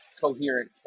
coherent